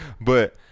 But-